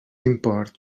import